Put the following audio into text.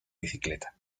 bicicleta